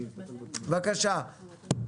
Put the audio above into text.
בבקשה.